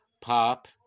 pop